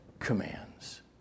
Commands